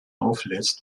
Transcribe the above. auflädst